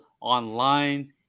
online